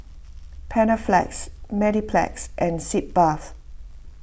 Panaflex Mepilex and Sitz Bath